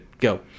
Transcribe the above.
go